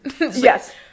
Yes